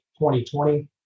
2020